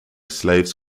slaves